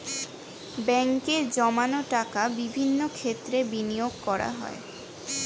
ব্যাঙ্কে জমানো টাকা বিভিন্ন ক্ষেত্রে বিনিয়োগ করা যায়